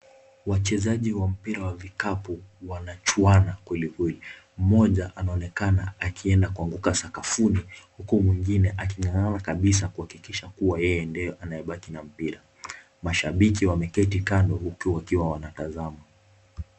Wachezaji wa mpira wa kikapu wanachuana kwelikweli. Mmoja anaonekana akienda kuanguka sakafuni, huku mwingine aking'ang'ana kabisa kuhakikisha kuwa yeye ndiye anayebaki na mpira. Mashabiki wameketi kando huku wakiwa wanatazama.